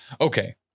okay